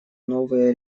новые